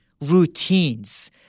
routines